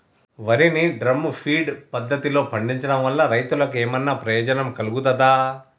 వరి ని drum feed పద్ధతిలో పండించడం వల్ల రైతులకు ఏమన్నా ప్రయోజనం కలుగుతదా?